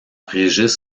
régis